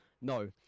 No